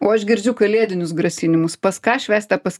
o aš girdžiu kalėdinius grasinimus pas ką švęsite pas